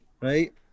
right